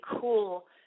cool